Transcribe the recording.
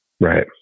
Right